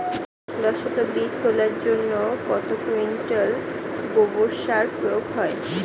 দশ শতক বীজ তলার জন্য কত কুইন্টাল গোবর সার প্রয়োগ হয়?